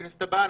בכנסת הבאה,